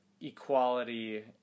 equality